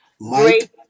Great